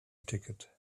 ticket